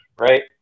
Right